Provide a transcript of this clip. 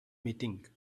meeting